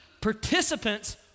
participants